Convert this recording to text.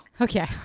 Okay